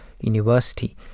University